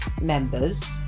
members